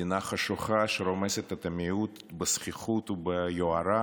מדינה חשוכה שרומסת את המיעוט בזחיחות וביוהרה